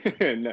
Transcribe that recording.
No